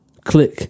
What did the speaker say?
click